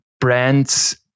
brands